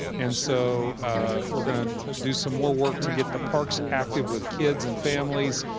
and so we're going to do some more work to get the parks active with kids and families.